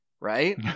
right